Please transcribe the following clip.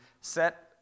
set